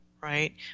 right